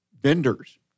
Vendors